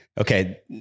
okay